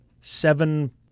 seven